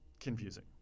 confusing